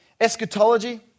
eschatology